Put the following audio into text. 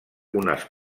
unes